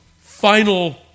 Final